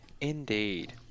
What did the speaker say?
Indeed